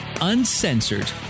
uncensored